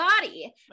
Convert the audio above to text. body